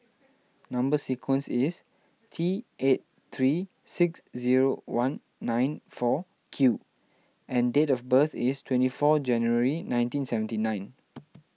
Number Sequence is T eight three six zero one nine four Q and date of birth is twenty four January nineteen seventy nine